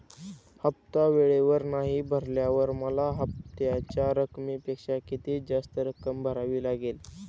हफ्ता वेळेवर नाही भरल्यावर मला हप्त्याच्या रकमेपेक्षा किती जास्त रक्कम भरावी लागेल?